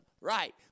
Right